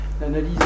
l'analyse